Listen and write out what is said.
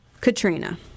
Katrina